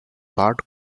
bard